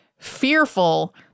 fearful